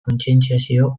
kontzientziazioa